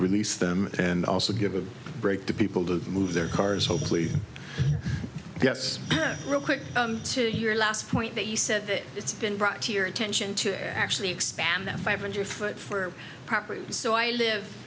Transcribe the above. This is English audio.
release them and also give a break to people to move their cars hopefully it gets real quick to your last point that you said that it's been brought to your attention to actually expand that five hundred foot for property so i live